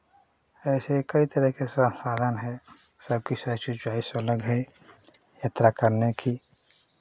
ऐसे कई तरह के साधन है सबकी सबकी चॉइस अलग है यात्रा करने की